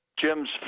Jim's